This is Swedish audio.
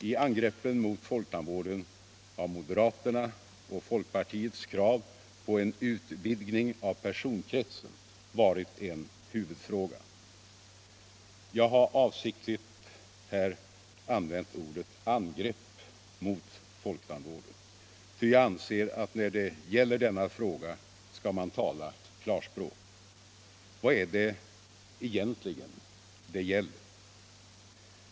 I angreppen mot folktandvården har moderaternas och 10 november 1976 folkpartiets krav på en utvidgning av personkretsen varit en huvudfråga. Ln Jag har här avsiktligt använt orden ”angrepp mot folktandvården”, ty — Vissa tandvårdsfråjag anser att när det gäller denna fråga skall man tala klarspråk. Vad — gor är det egentligen det gäller?